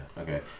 Okay